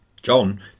John